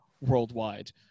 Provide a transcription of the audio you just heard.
worldwide